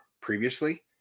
previously